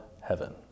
heaven